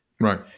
Right